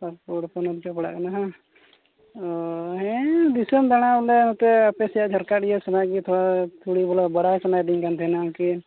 ᱯᱟᱹᱠᱩᱲ ᱯᱚᱱᱚᱛ ᱯᱮ ᱯᱟᱲᱟᱜ ᱠᱟᱱᱟ ᱵᱟᱝ ᱚ ᱦᱮᱸ ᱫᱤᱥᱚᱢ ᱫᱟᱲᱟᱱ ᱵᱚᱞᱮ ᱱᱚᱛᱮ ᱟᱯᱮ ᱥᱮᱜ ᱡᱷᱟᱲᱠᱷᱚᱸᱰ ᱤᱭᱟᱹ ᱥᱮᱱᱟᱜ ᱜᱮ ᱛᱷᱚᱲᱟ ᱯᱚᱲᱤ ᱵᱚᱞᱟ ᱵᱟᱲᱟᱭ ᱥᱟᱱᱟᱧ ᱮᱫᱤᱧ ᱠᱟᱱ ᱛᱟᱦᱮᱱᱟ ᱟᱱ ᱠᱤᱢ